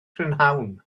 prynhawn